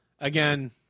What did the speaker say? Again